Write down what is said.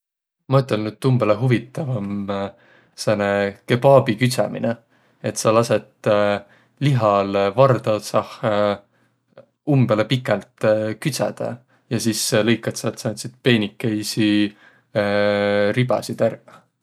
Ma ütelnüq, et umbõlõ huvitav om sääne kebabiküdsämine. Et sa lasõt lihal varda otsah umbõlõ piklt küdsädäq ja sis lõikat säält sääntsit peenikeisi ribasit ärq.